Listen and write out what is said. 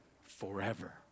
forever